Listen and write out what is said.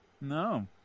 No